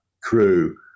crew